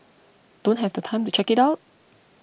don't have the time to check it out